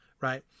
right